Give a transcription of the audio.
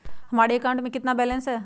हमारे अकाउंट में कितना बैलेंस है?